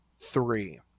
three